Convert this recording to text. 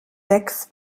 sechs